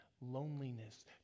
loneliness